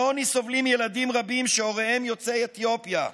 מעוני סובלים ילדים רבים שהוריהם יוצאי אתיופיה.